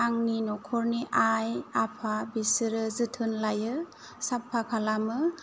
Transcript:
आंनि न'खरनि आइ आफा बिसोरो जोथोन लायो साफा खालामो